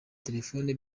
telefone